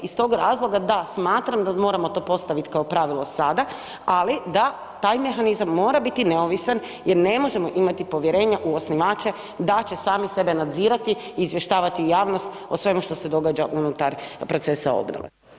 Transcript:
Iz tog razloga, da, smatram da moramo to postaviti kao pravilo sada, ali da taj mehanizam mora biti neovisan jer ne možemo imati povjerenja u osnivače da će sami sebe nadzirati i izvještavati javnost o svemu što se događa unutar procesa obnove.